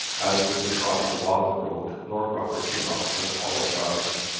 as they were trotting along the road lord rufford came up and apologized.